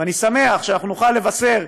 ואני שמח שאנחנו נוכל לבשר,